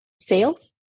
sales